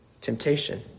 temptation